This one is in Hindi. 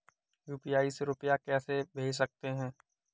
यू.पी.आई से रुपया कैसे भेज सकते हैं?